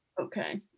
Okay